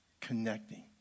Connecting